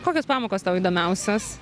kokios pamokos tau įdomiausios